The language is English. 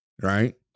Right